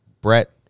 Brett